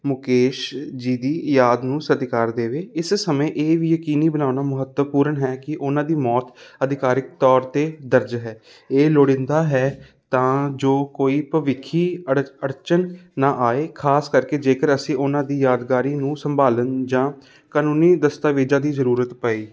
ਮੁਕੇਸ਼ ਜੀ ਦੀ ਯਾਦ ਨੂੰ ਸਤਿਕਾਰ ਦੇਵੇ ਇਸ ਸਮੇਂ ਇਹ ਵੀ ਯਕੀਨੀ ਬਣਾਉਣਾ ਮਹੱਤਵਪੂਰਨ ਹੈ ਕਿ ਉਨ੍ਹਾਂ ਦੀ ਮੌਤ ਅਧਿਕਾਰਿਤ ਤੌਰ 'ਤੇ ਦਰਜ ਹੈ ਇਹ ਲੋੜੀਂਦਾ ਹੈ ਤਾਂ ਜੋ ਕੋਈ ਭਵਿੱਖੀ ਅੜ ਅੜਚਨ ਨਾ ਆਏ ਖਾਸ ਕਰਕੇ ਜੇਕਰ ਅਸੀਂ ਉਨ੍ਹਾਂ ਦੀ ਯਾਦਗਾਰੀ ਨੂੰ ਸੰਭਾਲਣ ਜਾਂ ਕਾਨੂੰਨੀ ਦਸਤਾਵੇਜ਼ਾਂ ਦੀ ਜ਼ਰੂਰਤ ਪਈ